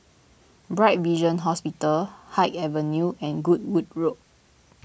Bright Vision Hospital Haig Avenue and Goodwood Road